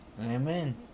Amen